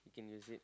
you can use it